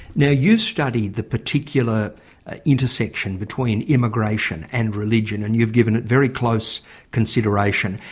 now, you've studied the particular intersection between immigration and religion, and you've given it very close consideration.